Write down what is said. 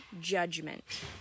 judgment